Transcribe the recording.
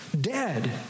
dead